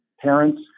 parents